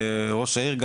ושאומר ראש העיר,